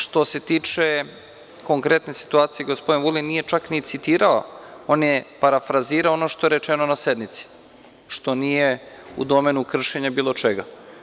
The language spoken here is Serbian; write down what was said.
Što se tiče konkretne situacije, gospodin Vulin nije čak ni citirao, on je parafrazirao ono što je rečeno na sednici, što nije u domenu kršenja bilo čega.